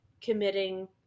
committing